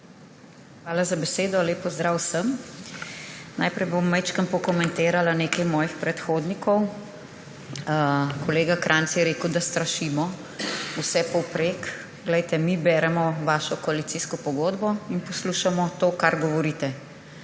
Hvala za besedo. Lep pozdrav vsem! Najprej bom malo pokomentirala nekaj svojih predhodnikov. Kolega Krajnc je rekel, da strašimo vsepovprek. Mi beremo vašo koalicijsko pogodbo in poslušamo to, kar govorite.